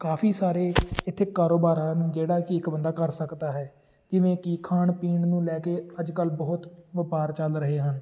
ਕਾਫ਼ੀ ਸਾਰੇ ਇੱਥੇ ਕਾਰੋਬਾਰ ਹਨ ਜਿਹੜਾ ਕਿ ਇੱਕ ਬੰਦਾ ਕਰ ਸਕਦਾ ਹੈ ਜਿਵੇਂ ਕਿ ਖਾਣ ਪੀਣ ਨੂੰ ਲੈ ਕੇ ਅੱਜ ਕੱਲ੍ਹ ਬਹੁਤ ਵਪਾਰ ਚੱਲ ਰਹੇ ਹਨ